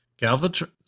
Galvatron